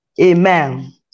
Amen